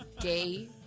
Gay